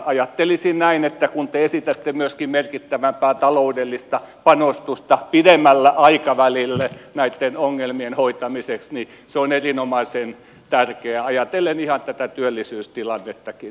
ajattelisin näin että kun te esitätte myöskin merkittävämpää taloudellista panostusta pidemmälle aikavälille näitten ongelmien hoitamiseksi niin se on erinomaisen tärkeää ajatellen ihan tätä työllisyystilannettakin